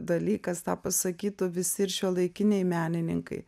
dalykas tą pasakytų visi ir šiuolaikiniai menininkai